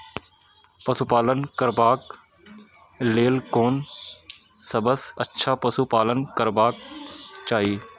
पशु पालन करबाक लेल कोन सबसँ अच्छा पशु पालन करबाक चाही?